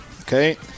Okay